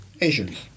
Asians